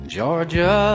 Georgia